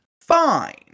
fine